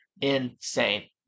insane